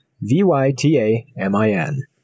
V-Y-T-A-M-I-N